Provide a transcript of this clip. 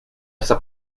esta